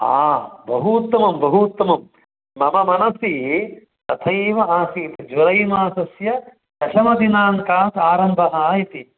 हा बहु उत्तमं बहु उत्तमं मम मनसि तथैव आसीत् जुलै मासस्य दशमदिनाङ्कात् आरम्भः इति